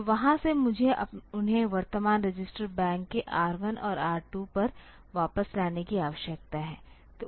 तो वहां से मुझे उन्हें वर्तमान रजिस्टर बैंक के R1 और R 2 पर वापस लाने की आवश्यकता है